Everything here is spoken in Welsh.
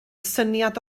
syniad